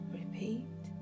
repeat